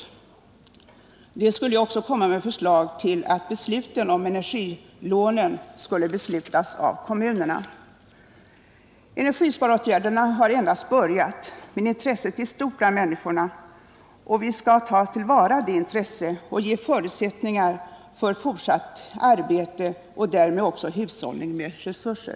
Delegationen skulle också ta ställning till om besluten i fråga om energisparlånen skulle ligga hos kommunerna. Energisparåtgärderna har endast påbörjats, men intresset för dem är stort bland människorna. Vi skall ta till vara det intresset och skapa förutsättningar för fortsatt arbete på detta område och därmed också för hushållning med resurser.